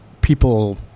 people